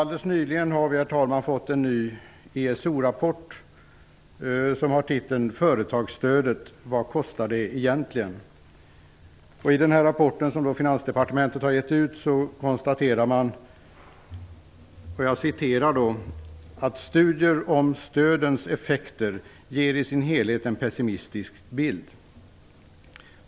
Alldeles nyligen har vi fått en ny ESO-rapport. Den har titeln Företagsstödet, vad kostar det egentligen?. I denna rapport, som Finansdepartementet har gett ut, konstaterar man bl.a. att "studier om stödens effekter ger i sin helhet en pessimistisk bild.